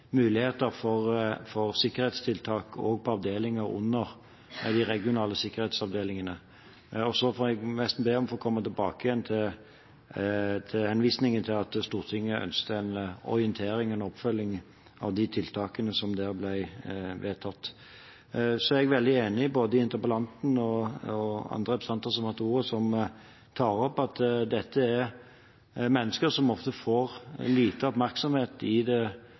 muligheter for sikkerhetstiltak også på avdelinger under de regionale sikkerhetsavdelingene. Så må jeg nesten be om å få komme tilbake til henvisningen til at Stortinget ønsket en orientering og en oppfølging av de tiltakene som der ble vedtatt. Så er jeg veldig enig både med interpellanten og andre representanter som har hatt ordet, som tar opp at dette er mennesker som ofte får liten oppmerksomhet i den daglige politiske diskusjonen, og så dukker det